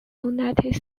united